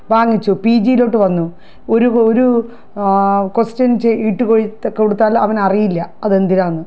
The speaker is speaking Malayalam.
വാങ്ങിച്ചു പി ജിയിലോട്ടു വന്നു ഒരു ഒരു ക്വസ്റ്റ്യൻ ചെ ഇട്ടു കൊയ് കൊടുത്താൽ അവനറിയില്ല അതെന്തിനാന്ന്